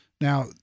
Now